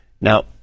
Now